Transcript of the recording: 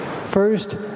First